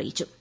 ടടടടടടടടടടടടടട നിയമസഭ മേഴ്സിക്കുട്ടി